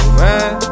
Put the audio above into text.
man